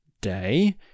day